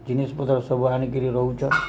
ଜିନିଷପତ୍ର ସବୁ ଆଣିକିରି ରହୁଛନ୍